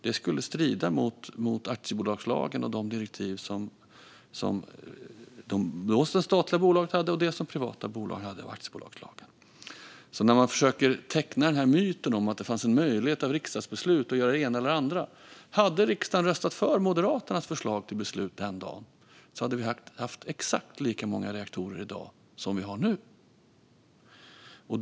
Det hade stridit mot aktiebolagslagen och de direktiv som de statliga bolagen hade och det som gäller för privata bolag. Man försöker teckna en myt av att det fanns en möjlighet att genom ett riksdagsbeslut att göra det ena eller andra. Om riksdagen hade röstat för Moderaternas förslag till beslut den dagen hade vi haft exakt lika många reaktorer i dag som vi har nu.